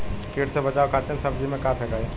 कीट से बचावे खातिन सब्जी में का फेकाई?